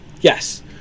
Yes